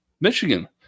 Michigan